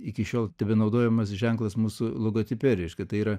iki šiol tebenaudojamas ženklas mūsų logotipe reiškia tai yra